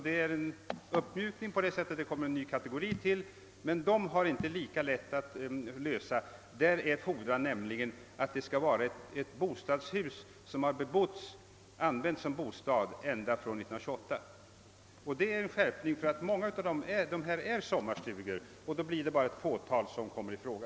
Den nya kategori som tillkommer får alltså icke lika lätt att lösa; för dem krävs att det skall vara fråga om ett hus som använts som bostad ända från 1928. Det innebär en skärpning, eftersom många av dessa fastigheter är sommarstugor. Det blir därför ett fåtal som kan komma i fråga.